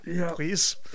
please